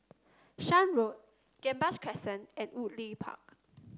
Shan Road Gambas Crescent and Woodleigh Park